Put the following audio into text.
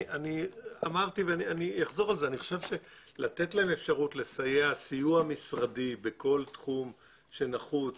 גברתי לתת להם אפשרות לסייע סיוע משרדי בכל תחום שנחוץ